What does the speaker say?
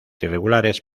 irregulares